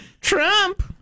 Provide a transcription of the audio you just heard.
Trump